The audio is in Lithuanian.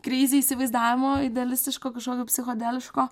kreizi įsivaizdavimo idealistiško kažkokio psichodeliško